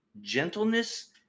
gentleness